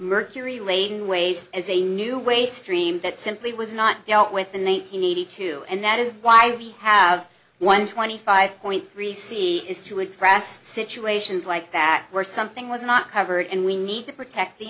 mercury laden ways as a new way stream that simply was not dealt with in one thousand nine hundred two and that is why we have one twenty five point three c is to address situations like that where something was not covered and we need to protect the